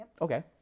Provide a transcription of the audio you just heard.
okay